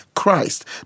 Christ